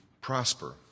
prosper